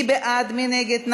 מי בעד, מי נגד?